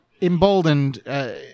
emboldened